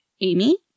Amy